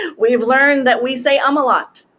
we have learned that we say um a lot,